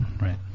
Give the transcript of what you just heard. right